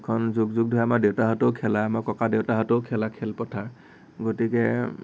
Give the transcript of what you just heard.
এইখন যুগ যুগ ধৰি আমাৰ দেউতাহঁতেও খেলা আমাৰ ককা দেউতাহঁতেও খেলা খেলপথাৰ গতিকে